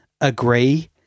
Agree